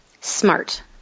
Smart